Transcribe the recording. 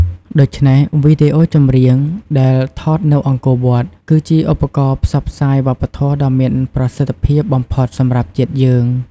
ដូច្នេះ វីដេអូចម្រៀងដែលថតនៅអង្គរវត្ត គឺជាឧបករណ៍ផ្សព្វផ្សាយវប្បធម៌ដ៏មានប្រសិទ្ធភាពបំផុតសម្រាប់ជាតិយើង។